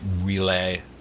Relay